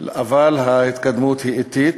אבל ההתקדמות היא אטית